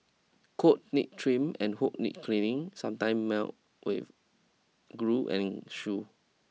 coats need trims and hooves need cleaning sometimes melt with glue and shoes